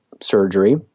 surgery